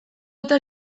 eta